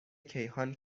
کیهان